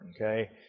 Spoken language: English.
okay